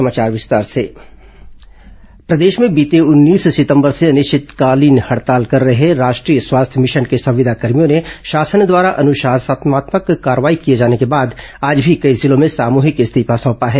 स्वास्थ्य कर्मचारी हड़ताल प्रदेश में बीते उन्नीस सितंबर से अनिश्चित हड़ताल कर रहे राष्ट्रीय स्वास्थ्य भिशन के संविदा कर्भियों ने शासन द्वारा अनुशासनात्मक कार्रवाई किए जाने के बाद आज भी कई जिलों में सामूहिक इस्तीफा सौंपा है